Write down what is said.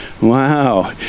Wow